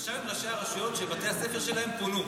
הוא ישב עם ראשי הרשויות שבתי הספר שלהם פונו.